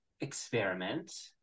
experiment